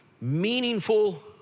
meaningful